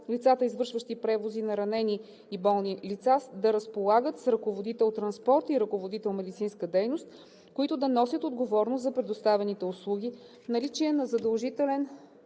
лицата, извършващи превози на ранени и болни лица, да разполагат с ръководител транспорт и ръководител медицинска дейност, които да носят отговорност за предоставяните услуги; наличие на задължителен